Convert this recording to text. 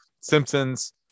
simpsons